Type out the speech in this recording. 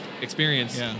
experience